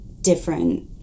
different